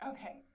Okay